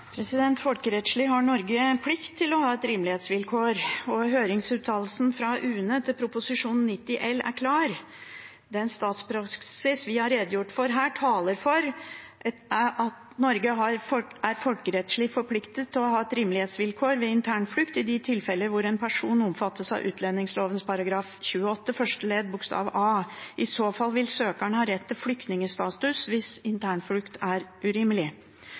Folkerettslig har Norge en plikt til å ha et rimelighetsvilkår, og høringsuttalelsen fra UNE til Prop. 90 L for 2015–2016 er klar: «Den statspraksis vi har redegjort for her, taler for at Norge er folkerettslig forpliktet til å ha et rimelighetsvilkår ved internflukt i de tilfeller hvor en person omfattes av utlendingslovens § 28 første ledd bokstav a. I så fall vil søkeren ha rett til flyktningstatus hvis internflukt er urimelig.